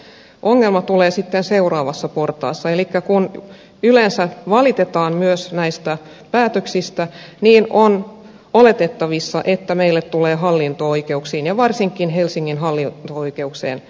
mutta ongelma tulee sitten seuraavassa portaassa elikkä kun yleensä valitetaan myös näistä päätöksistä niin on oletettavissa että meille tulee hallinto oikeuksiin ja varsinkin helsingin hallinto oikeuteen suuri ruuhka